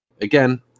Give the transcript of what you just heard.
again